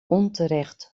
onterecht